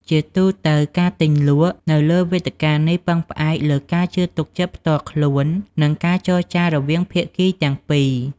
ជាទូទៅ ការទិញលក់នៅលើវេទិកានេះពឹងផ្អែកលើការជឿទុកចិត្តផ្ទាល់ខ្លួននិងការចរចារវាងភាគីទាំងពីរ។